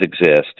exist